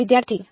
વિદ્યાર્થી 2